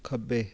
ਖੱਬੇ